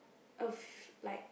of like